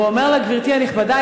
ואומר לה: גברתי הנכבדה,